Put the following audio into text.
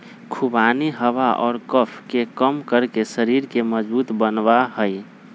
खुबानी हवा और कफ के कम करके शरीर के मजबूत बनवा हई